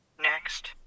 Next